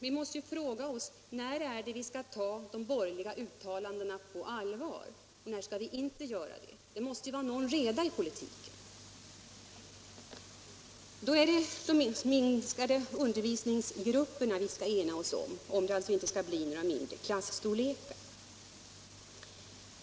Vi måste ju fråga oss: När skall vi ta de borgerliga uttalandena på allvar och när skall vi inte göra det? Det måste vara någon reda i politiken. Då är det således de minskade undervisningsgrupperna vi skall ena oss om — om klasstorlekarna inte skall minskas.